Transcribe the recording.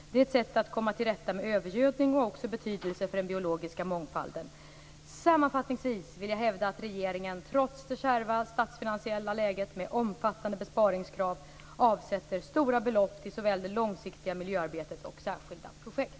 Det är ett sätt att komma till rätta med övergödning och har också betydelse för den biologiska mångfalden. Sammanfattningsvis vill jag hävda att regeringen, trots det kärva statsfinansiella läget med omfattande besparingskrav, avsätter stora belopp till såväl det långsiktiga miljöarbetet som särskilda projekt.